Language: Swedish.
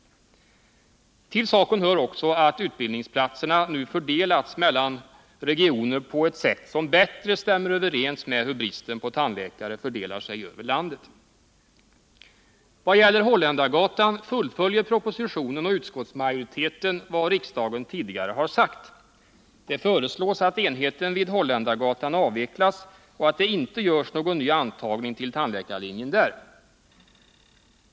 Till saken hör också att utbildningsplatserna fördelas mellan regioner på ett sätt som bättre stämmer överens med hur bristen på tandläkare fördelar sig över landet. Också vad gäller Holländargatan fullföljer propositionen och utskottsmajoriteten vad riksdagen tidigare har sagt. Det föreslås att enheten vid Holländargatan avvecklas och att det inte görs någon ny antagning till tandläkarlinjen där.